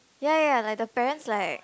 ya ya ya like the parents like